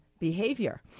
Behavior